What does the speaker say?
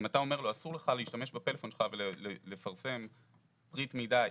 אם אתה אומר לו שאסור לו להשתמש בפלאפון שלו ולפרסם פריט מידע X,